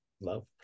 love